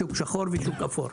שוק שחור ושוק אפור.